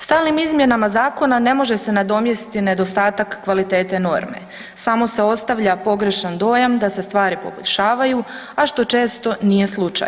Stalnim izmjenama zakona ne može se nadomjestiti nedostatak kvalitete norme, samo se ostavlja pogrešan dojam da se stvari poboljšavaju, a što često nije slučaj.